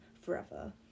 forever